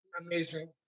amazing